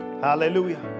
hallelujah